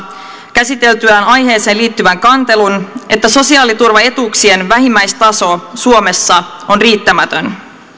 käsiteltyään aiheeseen liittyvän kantelun että sosiaaliturvaetuuksien vähimmäistaso suomessa on riittämätön